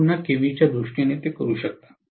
आपण पुन्हा केव्हीए च्या दृष्टीने ते करू शकता